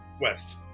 West